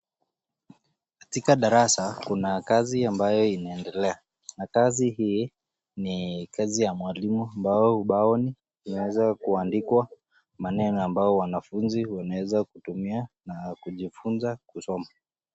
Katika darasa kuna kazi ambayo inaendelea. Na kazi hii ni kazi ya mwalimu ambao ubaoni umeweza kuandikwa maneno ambao wanafunzi wanaeza kutumia na kujifunza kusoma.